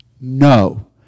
No